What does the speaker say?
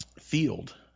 field